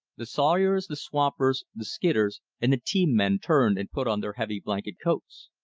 the sawyers, the swampers, the skidders, and the team men turned and put on their heavy blanket coats.